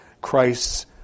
Christ's